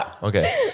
Okay